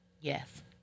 Yes